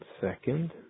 Second